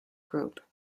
group